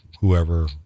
whoever